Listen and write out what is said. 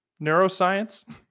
neuroscience